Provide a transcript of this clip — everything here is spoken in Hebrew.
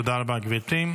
תודה רבה, גברתי.